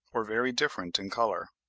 or very different in colour.